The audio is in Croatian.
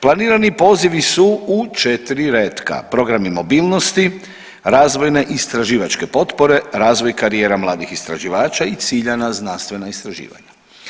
Planirani pozivi su u 4 retka, program imobilnosti, razvojne i istraživačke potpore, razvoj karijera mladih istraživača i ciljana znanstvena istraživanja.